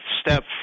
step